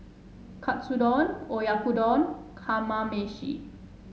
Katsudon Oyakodon Kamameshi